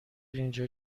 اینجا